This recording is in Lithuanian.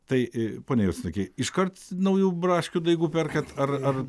tai pone juodsnuki iškart naujų braškių daigų perkat ar ar